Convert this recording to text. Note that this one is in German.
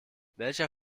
welcher